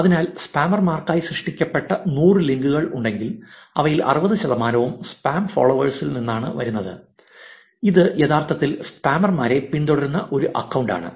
അതിനാൽ സ്പാമർമാർക്കായി സൃഷ്ടിക്കപ്പെട്ട 100 ലിങ്കുകൾ ഉണ്ടെങ്കിൽ അവയിൽ 60 ശതമാനവും സ്പാം ഫോളോവേഴ്സിൽ നിന്നാണ് വരുന്നത് ഇത് യഥാർത്ഥത്തിൽ സ്പാമർമാരെ പിന്തുടരുന്ന ഒരു അക്കൌണ്ടാണ്